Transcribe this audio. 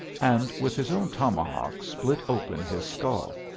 and with his own tomahawk split open his skull.